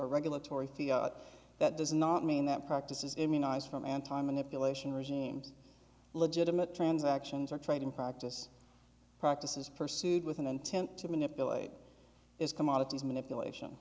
regulatory fee that does not mean that practice is immunized from anti manipulation regimes legitimate transactions or trade in practice practices pursued with an intent to manipulate is commodities manipulation